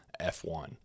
F1